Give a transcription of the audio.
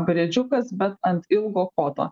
briedžiukas bet ant ilgo koto